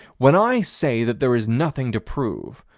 when i say that there is nothing to prove,